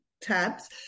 tabs